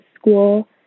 school